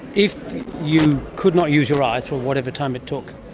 if you could not use your eyes for whatever time it took,